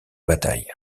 bataille